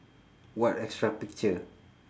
what extra picture